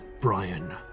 Brian